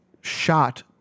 shot